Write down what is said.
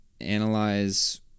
analyze